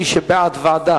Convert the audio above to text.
מי שבעד ועדה,